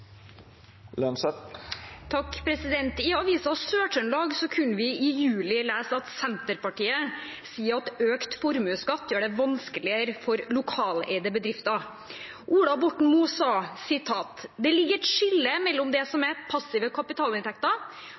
I Avisa Sør-Trøndelag kunne vi i juli lese at Senterpartiet sa at økt formuesskatt gjør det vanskeligere for lokaleide bedrifter. Ola Borten Moe sa: «I tillegg ligger det et skille mellom det som er passive kapitalinntekter,